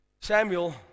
Samuel